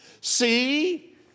See